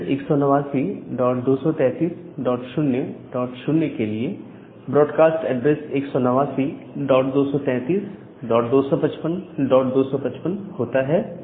address 18923300 के लिए broadcast address 189233255255 होता है